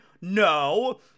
No